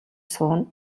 сууна